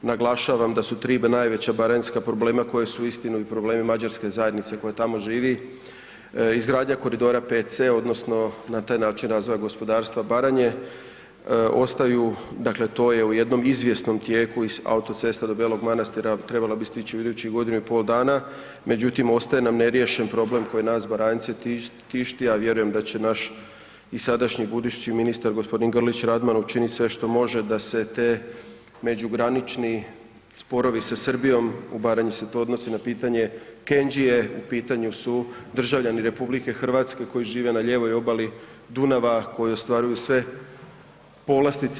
Naglašavam da su tri najveća baranjska problema koji su uistinu problemi mađarske zajednice koja tamo živi izgradnja koridora 5C odnosno na taj način razvoja gospodarstva Baranje ostaju, dakle to je u jednom izvjesnom tijeku i autocesta do BElog Manastira trebala bi stići u idućih godinu i pol dana, međutim ostaje nam neriješen problem kojeg nas Baranjce tišti, a vjerujem da će naš i sadašnji i budući ministar gospodin Grlić Radman učiniti sve što može da se ti međugranični sporovi sa Srbijom, u Baranji se to odnosi na pitanje Kenđije, u pitanju su državljani RH koji žive na lijevoj obali Dunava koji ostvaruju sve povlastice.